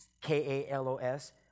K-A-L-O-S